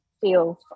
feels